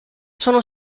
sono